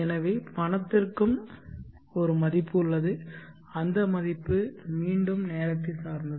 எனவே பணத்திற்கும் ஒரு மதிப்பு உள்ளது அந்த மதிப்பு மீண்டும் நேரத்தை சார்ந்தது